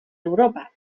europa